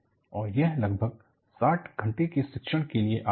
और यह लगभग 60 घंटे के शिक्षण के लिए आता है